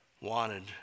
wanted